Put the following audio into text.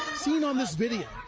seen on this video,